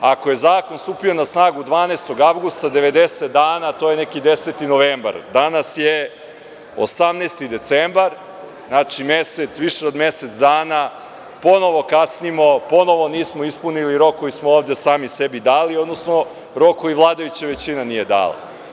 Ako je zakon stupio snagu 12. avgusta, 90 dana to je neki 10. novembar, danas je 18. decembar, znači više od mesec dana ponovo kasnimo, ponovo nismo ispunili rok koji smo ovde sami sebi dali, odnosno rok koji vladajuća većina nije dala.